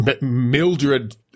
Mildred